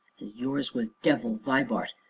as yours was devil vibart.